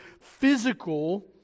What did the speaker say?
physical